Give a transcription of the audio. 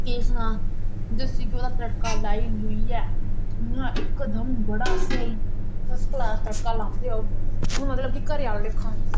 केह् सनां देसी घ्यो दा तड़का लाई लोइयै इक दम बड़ स्हेई फसकलास तडका लादे ओह् मतलब कि घरे आहले लेखा